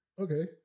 Okay